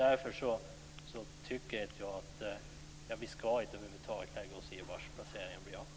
Därför tycker jag inte att vi över huvud taget ska lägga oss i frågan om lokaliseringen.